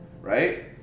Right